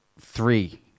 three